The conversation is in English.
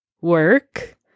work